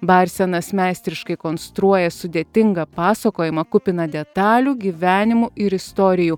barsenas meistriškai konstruoja sudėtingą pasakojimą kupiną detalių gyvenimų ir istorijų